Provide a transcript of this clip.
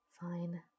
Fine